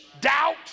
doubt